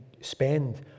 spend